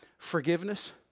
Forgiveness